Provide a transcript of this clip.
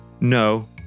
no